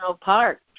parks